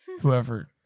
Whoever